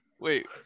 Wait